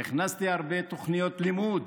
הכנסתי הרבה תוכניות לימוד